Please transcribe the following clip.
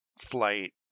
flight